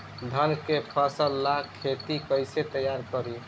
धान के फ़सल ला खेती कइसे तैयार करी?